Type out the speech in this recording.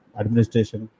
administration